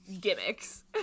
gimmicks